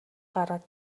гараад